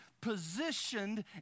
positioned